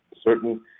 certain